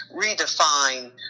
redefine